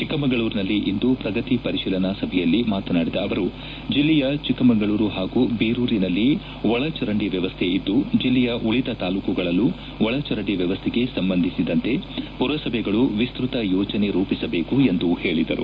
ಚಿಕ್ಕಮಗಳೂರಿನಲ್ಲಿಂದು ಪ್ರಗತಿ ಪರಿತೀಲನಾ ಸಭೆಯಲ್ಲಿ ಮಾತನಾಡಿದ ಅವರು ಜಿಲ್ಲೆಯ ಚಿಕ್ಕಮಗಳೂರು ಹಾಗೂ ಬೀರೂರಿನಲ್ಲಿ ಒಳಚರಂಡಿ ವ್ಯವಸ್ಥೆ ಇದ್ದು ಜಿಲ್ಲೆಯ ಉಳಿದ ತಾಲೂಕುಗಳಲ್ಲೂ ಒಳಚರಂಡಿ ವ್ಯವಸ್ಥೆಗೆ ಸಂಬಂಧಿಸಿದಂತೆ ಪುರಸಭೆಗಳು ವಿಸೃತ ಯೋಜನೆ ರೂಪಿಸಬೇಕು ಎಂದು ಹೇಳಿದರು